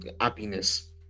happiness